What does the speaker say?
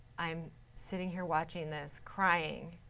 i'm sitting here watching this crying.